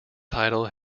title